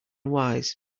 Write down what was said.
wise